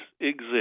exist